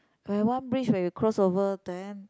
where one bridge where you cross over then